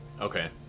Okay